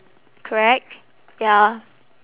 correct ya